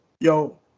Yo